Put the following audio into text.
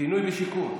בינוי ושיכון.